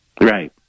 right